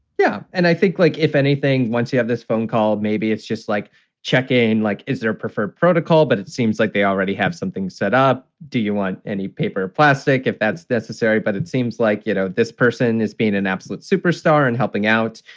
yeah. and i think, like, if anything, once you have this phone call, maybe it's just like checking in, like is their preferred protocol. but it seems like they already have something set up. do you want any paper or plastic? if that's necessary. but it seems like, you know, this person is being an absolute superstar and helping out.